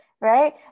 right